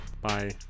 Bye